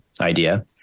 idea